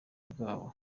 bwabo